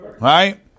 Right